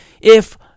if-